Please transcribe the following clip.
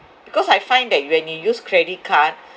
because I find that you when you use credit card